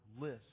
list